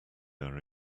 are